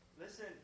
Listen